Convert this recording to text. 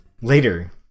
later